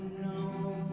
new